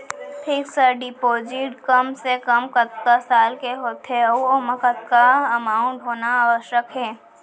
Fix deposit कम से कम कतका साल के होथे ऊ ओमा कतका अमाउंट होना आवश्यक हे?